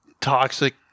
toxic